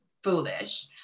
foolish